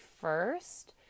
first